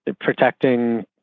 protecting